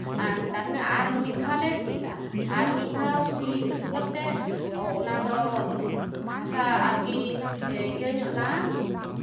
ᱛᱟᱨᱢᱟᱱᱮ ᱟᱨ ᱢᱤᱫ ᱫᱷᱟᱣᱞᱮ ᱥᱤᱭᱫᱟ ᱟᱨ ᱢᱤᱫ ᱫᱷᱟᱣ ᱥᱤ ᱦᱚᱪᱚ ᱠᱟᱛᱮᱫ ᱚᱱᱟᱫᱚ ᱦᱟᱥᱟ ᱟᱨᱠᱤ ᱤᱭᱟᱹ ᱧᱚᱜᱱᱟ